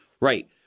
Right